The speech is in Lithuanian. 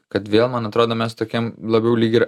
kad vėl man atrodo mes tokiam labiau lyg ir